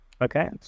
Okay